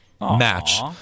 match